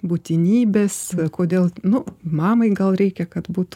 būtinybės kodėl nu mamai gal reikia kad būtų